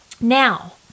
now